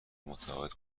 متقاعد